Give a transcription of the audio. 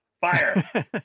Fire